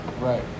Right